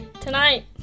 Tonight